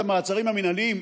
את המעצרים המינהליים,